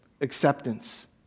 Acceptance